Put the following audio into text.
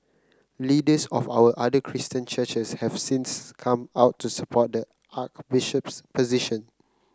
leaders of our other Christian churches have since come out to support the Archbishop's position